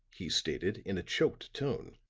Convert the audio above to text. he stated in a choked tone.